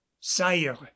Sire